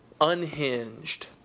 unhinged